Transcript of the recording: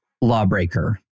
lawbreaker